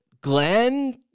Glenn